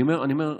אני אומר למציעים,